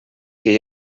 que